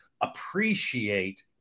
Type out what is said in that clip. appreciate